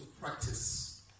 practice